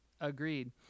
Agreed